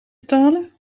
betalen